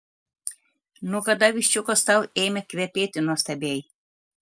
nuo kada viščiukas tau ėmė kvepėti nuostabiai